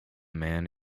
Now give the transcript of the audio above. man